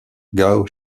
gao